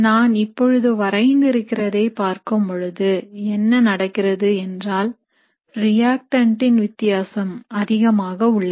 நான் இப்பொழுது வரைந்து இருப்பதை பார்க்கும்பொழுது என்ன நடக்கிறது என்றால் ரியாக்டன்டின் வித்தியாசம் அதிகமாக உள்ளது